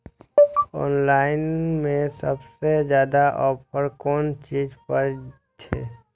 Online में सबसे ज्यादा ऑफर कोन चीज पर छे?